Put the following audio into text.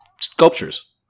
sculptures